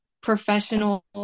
professional